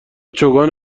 چوگان